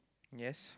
yes